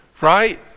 right